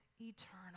eternal